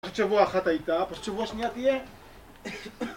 פשוט שבוע אחת הייתה, פשוט שבוע שנייה תהיה.